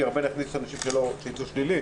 נכניס הרבה אנשים שהבדיקה שלהם תצא שלילית.